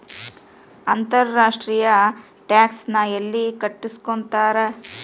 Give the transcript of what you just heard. ಅಂತರ್ ರಾಷ್ಟ್ರೇಯ ಟ್ಯಾಕ್ಸ್ ನ ಯೆಲ್ಲಿ ಕಟ್ಟಸ್ಕೊತಾರ್?